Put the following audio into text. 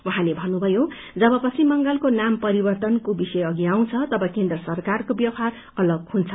उहाँले भन्नुभयो जव पश्चिम बंगलको नाम परिवर्त्तनको विषय अघि आउँछ तव केन्द्र सरकारको ब्यवहार अलग हुन्छ